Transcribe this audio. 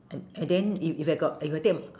and and then if if I got if I take